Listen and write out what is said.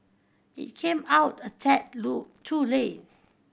it came out a tad too late